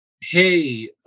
Hey